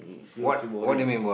it's you also boring